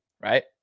right